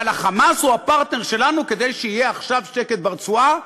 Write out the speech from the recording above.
אבל ה"חמאס" הוא הפרטנר שלנו כדי שיהיה עכשיו שקט ברצועה,